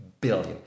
billion